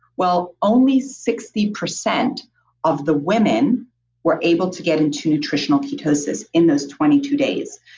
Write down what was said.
well only sixty percent of the women were able to get into traditional ketosis in those twenty two days.